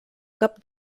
cap